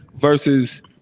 versus